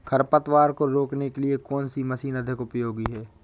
खरपतवार को रोकने के लिए कौन सी मशीन अधिक उपयोगी है?